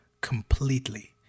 completely